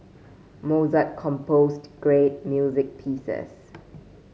Mozart composed great music pieces